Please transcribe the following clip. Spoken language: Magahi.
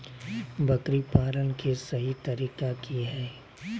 बकरी पालन के सही तरीका की हय?